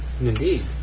Indeed